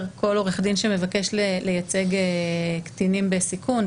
כל עורך דין שמבקש לייצג קטינים בסיכון,